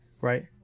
Right